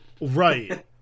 Right